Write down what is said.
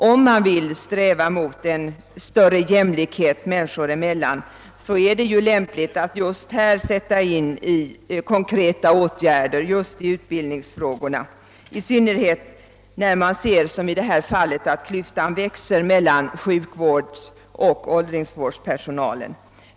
Om man vill sträva mot större jämlikhet människor emellan är det lämpligt att här vidta konkreta åtgärder, i synnerhet när man ser att klyftan växer mellan sjukvårdsoch åldringsvårdspersonalen.